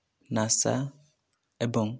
NASA ଏବଂ